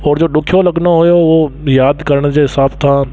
ओरि जो ॾुखियो लॻंदो हुओ उहो यादि करण जे हिसाब सां